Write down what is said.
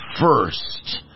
first